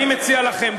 אני מציע לכם,